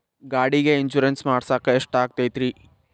ಗಾಡಿಗೆ ಇನ್ಶೂರೆನ್ಸ್ ಮಾಡಸಾಕ ಎಷ್ಟಾಗತೈತ್ರಿ?